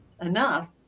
enough